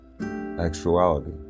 actuality